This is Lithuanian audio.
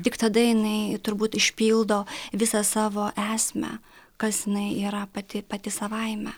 tik tada jinai turbūt išpildo visą savo esmę kas jinai yra pati pati savaime